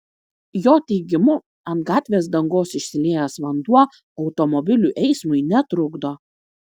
jo teigimu ant gatvės dangos išsiliejęs vanduo automobilių eismui netrukdo